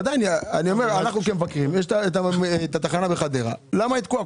למה התחנה בחדרה תקועה?